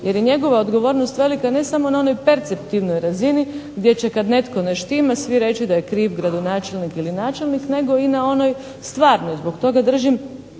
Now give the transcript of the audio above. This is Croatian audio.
jer je njegova odgovornost velika ne samo na onoj perceptivnoj razini gdje će kad netko ne štima svi reći da je kriv gradonačelnik ili načelnik nego i na onoj stvarnoj. Zbog toga držim